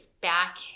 back